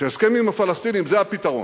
שהסכם עם הפלסטינים זה הפתרון.